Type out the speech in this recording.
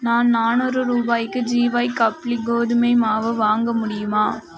நான் நானூறு ரூபாய்க்கு ஜீவா கப்லி கோதுமை மாவு வாங்க முடியுமா